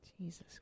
Jesus